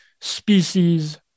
species